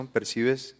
Percibes